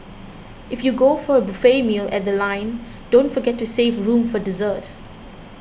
if you go for a buffet meal at The Line don't forget to save room for dessert